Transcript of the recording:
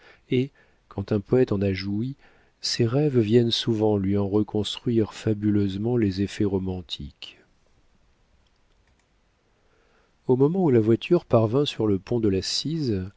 et quand un poète en a joui ses rêves viennent souvent lui en reconstruire fabuleusement les effets romantiques au moment où la voiture parvint sur le pont de la